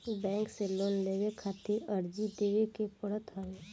bank से loan लेवे खातिर अर्जी देवे के पड़त हवे